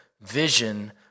vision